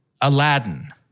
Aladdin